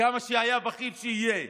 כמה בכיר שיהיה,